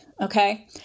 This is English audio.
okay